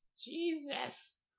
Jesus